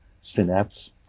synapse